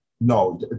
No